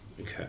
Okay